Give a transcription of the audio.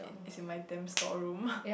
it it's in my damn storeroom